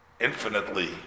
infinitely